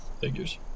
figures